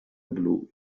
blu